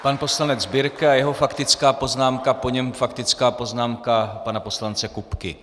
Pan poslanec Birke a jeho faktická poznámka, po něm faktická poznámka pana poslance Kupky.